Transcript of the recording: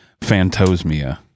phantosmia